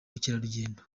bukerarugendo